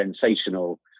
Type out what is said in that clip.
sensational